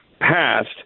passed